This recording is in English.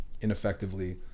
ineffectively